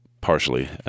partially